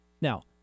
Now